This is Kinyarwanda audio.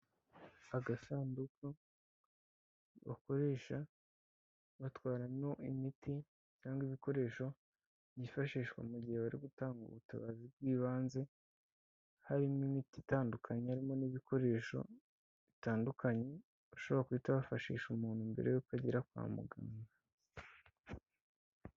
Agasanduku bakoresha batwaramo imiti cyangwa ibikoresho byifashishwa mu gihe bari gutanga ubutabazi bw'ibanze, harimo imiti itandukanye harimo n'ibikoresho bitandukanye, bashobora guhita bafashisha umuntu mbere y'uko agera kwa muganga.